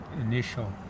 initial